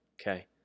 Okay